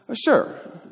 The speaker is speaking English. Sure